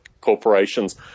corporations